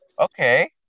okay